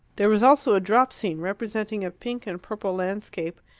there was also a drop-scene, representing a pink and purple landscape,